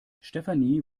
stefanie